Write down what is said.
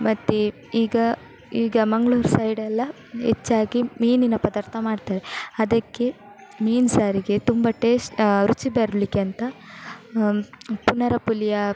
ಮತ್ತೆ ಈಗ ಈಗ ಮಂಗಳೂರು ಸೈಡೆಲ್ಲ ಹೆಚ್ಚಾಗಿ ಮೀನಿನ ಪದಾರ್ಥ ಮಾಡ್ತಾರೆ ಅದಕ್ಕೆ ಮೀನು ಸಾರಿಗೆ ತುಂಬ ಟೇಸ್ಟ್ ರುಚಿ ಬರಲಿಕ್ಕೆ ಅಂತ ಪುನರ್ಪುಳಿಯ